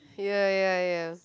ya ya ya